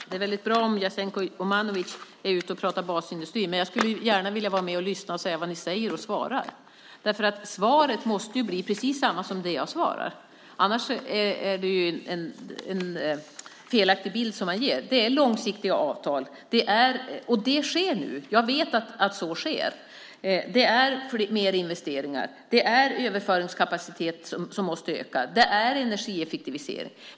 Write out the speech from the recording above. Herr talman! Det är bra om Jasenko Omanovic är ute och pratar basindustri, men jag skulle gärna vilja vara med och lyssna på vad ni säger. Svaret måste bli precis samma som det jag säger, annars ges en felaktig bild. Det är långsiktiga avtal. Jag vet att det sker fler investeringar, att överföringskapaciteten ökar och att det sker energieffektiviseringar.